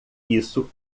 isso